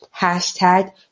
hashtag